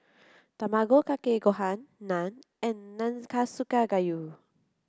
Tamago Kake Gohan Naan and Nanakusa Gayu